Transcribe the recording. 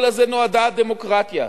לא לזה נועדה הדמוקרטיה.